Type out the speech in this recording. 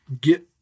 get